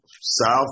south